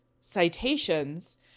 citations